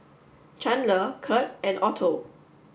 Chandler Curt and Otto